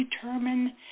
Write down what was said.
determine